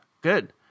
good